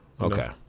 Okay